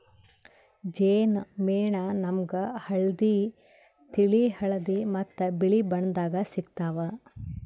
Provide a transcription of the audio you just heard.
ಜೇನ್ ಮೇಣ ನಾಮ್ಗ್ ಹಳ್ದಿ, ತಿಳಿ ಹಳದಿ ಮತ್ತ್ ಬಿಳಿ ಬಣ್ಣದಾಗ್ ಸಿಗ್ತಾವ್